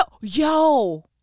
yo